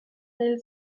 mille